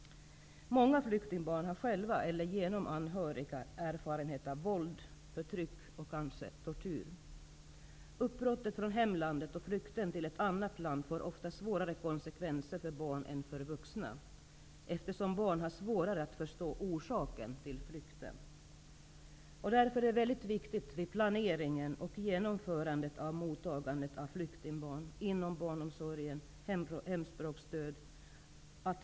Många flyktingbarn har själva eller genom anhöriga erfarenhet av våld, förtryck och kanske tortyr. Uppbrottet från hemlandet och flykten till ett annat land får ofta svårare konsekvenser för barn än för vuxna, eftersom barn har svårare att förstå orsaken till flykten. Det är mycket viktigt att ha detta i åtanke vid planeringen och genomförandet av mottagandet av flyktingbarn inom barnomsorgen och vid hemspråksstöd.